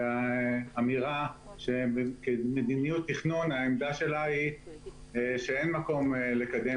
כשאמירה של מדיניות תכנון האמירה שלה היא שאין מקום לקדם